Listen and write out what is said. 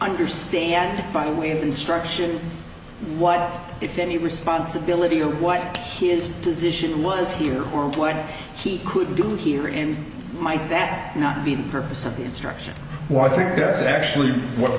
understand by way of instruction what if any responsibility or what his position was here or what he could do here in my fact not be the purpose of the instruction why i think that's actually what